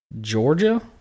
Georgia